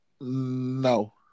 No